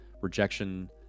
rejection